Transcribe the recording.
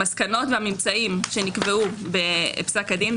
המסקנות והממצאים שנקבעו בפסק הדין,